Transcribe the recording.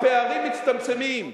הפערים מצטמצמים,